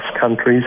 countries